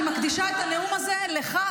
אני מקדישה את הנאום הזה לך,